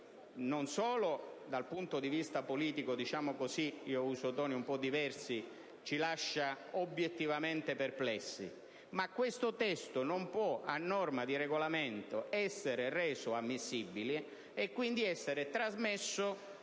non solo dal punto di vista politico (uso toni un po' diversi) ci lascia obiettivamente perplessi, ma esso non può, a norma di Regolamento, essere reso ammissibile, e quindi essere trasmesso